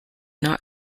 not